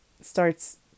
starts